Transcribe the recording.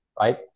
Right